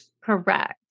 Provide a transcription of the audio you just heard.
correct